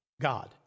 God